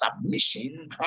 submission